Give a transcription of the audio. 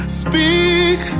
speak